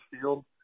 field